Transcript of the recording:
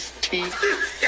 teeth